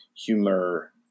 humor